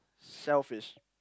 shellfish